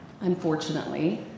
unfortunately